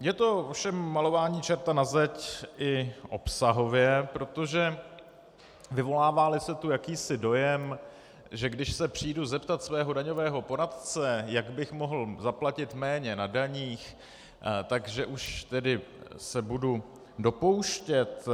Je to ovšem malování čerta na zeď i obsahově, protože vyvoláváli se tu jakýsi dojem, že když se přijdu zeptat svého daňového poradce, jak bych mohl zaplatit méně na daních, že už tedy se budu dopouštět